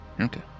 okay